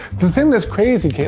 the thing that's crazy